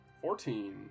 Fourteen